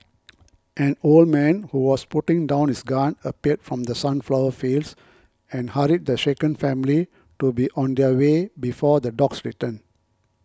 an old man who was putting down his gun appeared from the sunflower fields and hurried the shaken family to be on their way before the dogs return